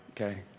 Okay